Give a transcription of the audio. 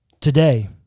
Today